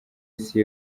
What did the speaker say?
isi